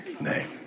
name